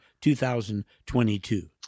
2022